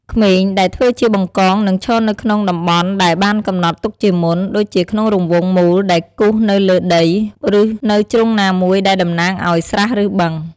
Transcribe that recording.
ក្មេងដែលធ្វើជា បង្កង នឹងឈរនៅក្នុងតំបន់ដែលបានកំណត់ទុកជាមុន ដូចជាក្នុងរង្វង់មូលដែលគូសនៅលើដី ឬនៅជ្រុងណាមួយដែលតំណាងឱ្យ ស្រះ ឬ បឹង។